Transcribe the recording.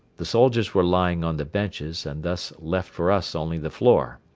the soldiers were lying on the benches and thus left for us only the floor.